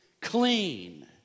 clean